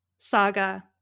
Saga